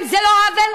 את לא היית בדיון.